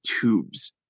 tubes